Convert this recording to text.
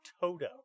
Toto